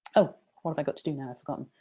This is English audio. oh, what have i got to do now? i've forgotten.